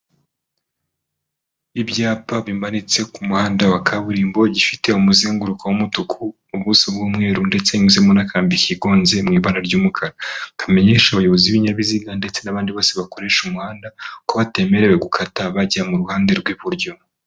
Ibyapa bimanitse ku muhanda wa kaburimbo, igifite umuzenguruko w'umutuku, ubuso bw'umweru ndetse unyuzemo n'akambi kigonze mu ibara ry'umukara, kamenyesha abayobozi b'ibinyabiziga ndetse n'abandi bose bakoresha umuhanda ko batemerewe gukata bajya mu ruhande rw'iburyo.